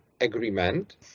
agreement